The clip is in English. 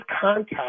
contact